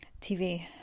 TV